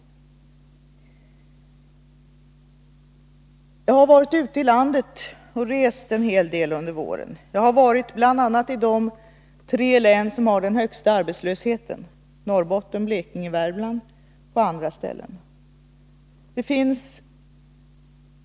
Jag har varit ute i landet och rest en hel del under våren. Jag har varit i de tre län som har den högsta arbetslösheten — Norrbotten, Blekinge och Värmland — och på många andra ställen.